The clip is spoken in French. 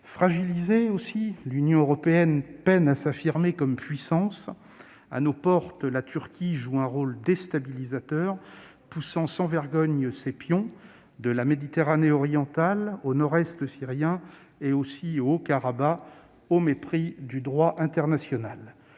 Fragilisée elle aussi, l'Union européenne peine à s'affirmer comme puissance. À nos portes, la Turquie joue un rôle déstabilisateur, poussant sans vergogne ses pions de la Méditerranée orientale au nord-est syrien et au Haut-Karabakh, au mépris du droit international.